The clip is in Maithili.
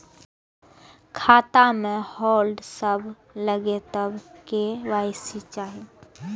खाता में होल्ड सब लगे तब के.वाई.सी चाहि?